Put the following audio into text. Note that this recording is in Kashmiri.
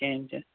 کِہیٖنٛۍ تہِ